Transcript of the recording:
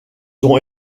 ont